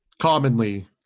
commonly